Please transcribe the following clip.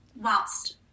Whilst